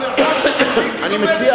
המרחק הוא חצי קילומטר ביניהם.